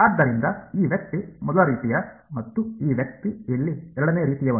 ಆದ್ದರಿಂದ ಈ ವ್ಯಕ್ತಿ ಮೊದಲ ರೀತಿಯ ಮತ್ತು ಈ ವ್ಯಕ್ತಿ ಇಲ್ಲಿ ಎರಡನೇ ರೀತಿಯವನು